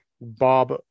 bob